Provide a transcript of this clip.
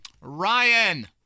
Ryan